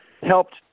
helped